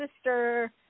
sister